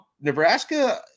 Nebraska